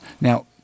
Now